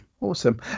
awesome